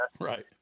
right